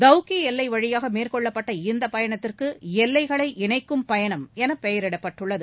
தவுக்கி எல்லை வழியாக மேற்கொள்ளப்பட்ட இந்த பயணத்திற்கு எல்லைகளை இணைக்கும் பயணமீ என பெயரிடப்பட்டுள்ளது